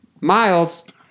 Miles